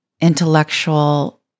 intellectual